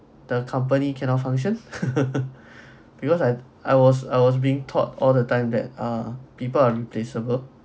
the company cannot function because I I was I was being taught all the time that ah people are replaceable